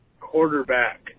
quarterback